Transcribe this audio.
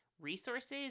resources